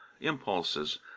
impulses